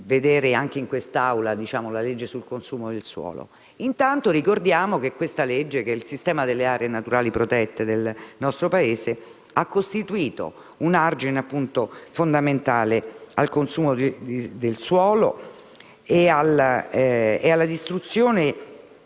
il disegno di legge sul consumo del suolo. Intanto ricordiamo che la legge sul sistema delle aree naturali protette del nostro Paese ha costituito un argine fondamentale al consumo del suolo e alla distruzione